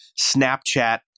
Snapchat